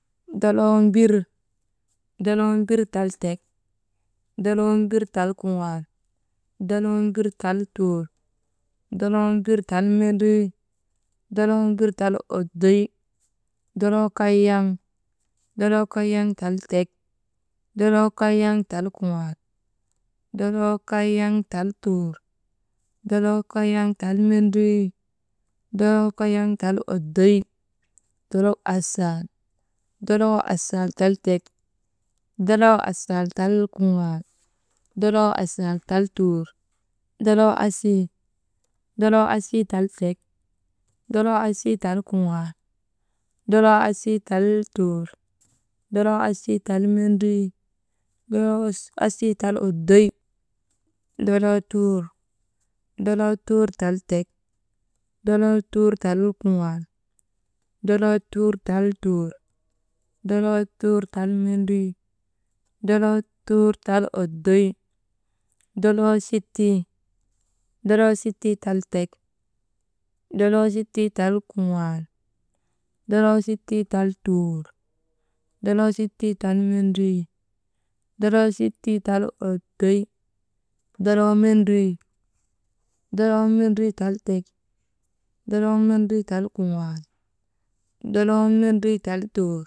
Doloo mbir, doloo mbir tal tek, doloo mbir tal kuŋaal, doloo mbir tal tuur, doloo mbir tal mendrii, doloo mbir tal oddoy, doloo kayaŋ, doloo kayaŋ tal tek, doloo kayaŋ tal kuŋaal, doloo kayaŋ tal tuur, doloo kayaŋ tal mendrii, doloo kayaŋ tal oddoy, dolok asii, doloo asiii tal tek, doloo asaal tal kuŋaal, doloo asaal tal tuur, doloo asii, doloo asii tal tek, doloo asii tal kuŋaal, doloo asii tal mendrii, doloo asii tal oddoy, doloo tuur, doloo tuur tal tek, doloo tuur tal kuŋaal, doloo tuur tal tuur, doloo tuur tal mendrii, doloo tuur tal oddoy, doloo sittii, doloo sittii tal tek, doloo sittii tal kuŋaal, doloo sittii tal tuur, doloo sittii tal mendrii, doloo sittii tal oddoy, doloo mendrii, doloo mendrii tal tek, doloo mendrii tal kuŋaal, doloo mendrii tal tuur.